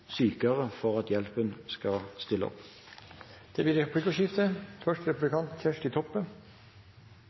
sykere for at hjelpen skal stille opp. Det blir replikkordskifte.